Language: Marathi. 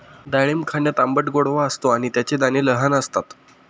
डाळिंब खाण्यात आंबट गोडवा असतो आणि त्याचे दाणे लहान असतात